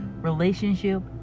relationship